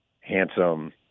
handsome